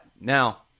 Now